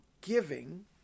giving